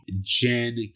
Jen